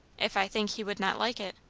if i think he would not like it.